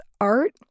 art